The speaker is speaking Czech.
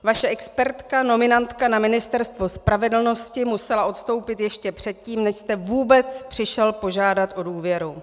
Vaše expertka, nominantka na Ministerstvo spravedlnosti musela odstoupit ještě předtím, než jste vůbec přišel požádat o důvěru.